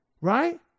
Right